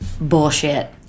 bullshit